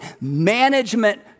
management